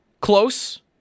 Close